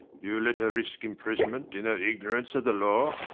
you let her risk imprisonment in her ignorance of the law?